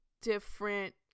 different